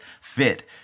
fit